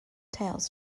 tales